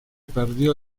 perdió